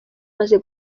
amaze